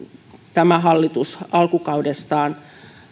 tämä hallitus alkukaudestaan